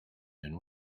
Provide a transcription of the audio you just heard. and